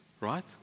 right